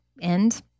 end